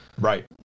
Right